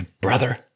brother